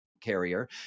carrier